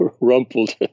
Rumpled